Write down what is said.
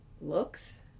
looks